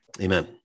Amen